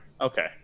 Okay